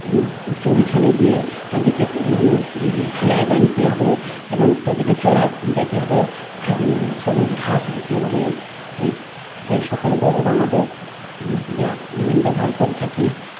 চ বি ছানে দিয়ে তাদেরকে খিলায় বানতে হবে এবং তাদেরকে চরাতে যেতে হবে সবুজ ঘাস দিতে হবে এই এই সকল গরুর আমাদের গ ব্যবহার করে থাকি